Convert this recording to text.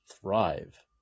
thrive